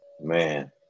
man